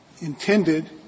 intended